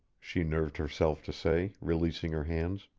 she nerved herself to say, releasing her hands.